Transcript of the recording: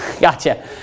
Gotcha